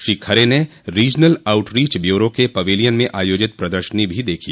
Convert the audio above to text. श्री खरे ने regional outreach bureau के pavilion में आयोजित प्रदर्शनी भी देखी